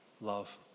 love